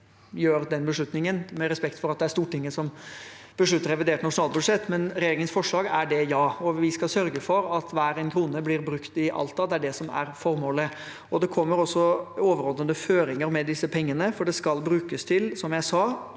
gjør den beslutningen, med respekt for at det er Stortinget som beslutter revidert nasjonalbudsjett – er regjeringens forslag, og vi skal sørge for at hver krone blir brukt i Alta. Det er det som er formålet. Det kommer også overordnede føringer med disse pengene, for de skal brukes, som jeg sa,